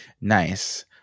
Nice